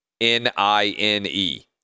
N-I-N-E